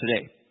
today